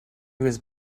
was